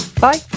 Bye